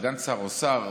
סגן שר או שר?